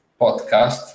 podcast